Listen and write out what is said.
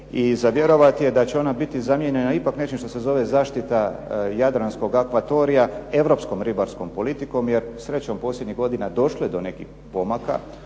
i za vjerovati je da će ono biti zamijenjena ipak nečim što se zove zaštita Jadranskog akvatorija europskom ribarskom politikom jer srećom posljednjih godina došlo je do nekih pomaka,